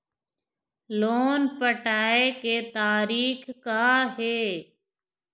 Loan पटाए के तारीख़ का हे?